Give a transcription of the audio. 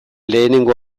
lehenengo